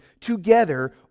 together